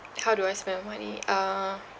how do I spend my money uh